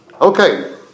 okay